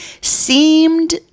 seemed